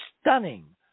stunning